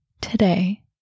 today